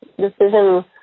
decision